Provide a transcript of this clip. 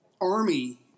army